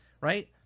right